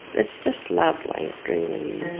it's just lovely, it really is.